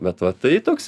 bet va tai toks jau